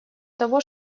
того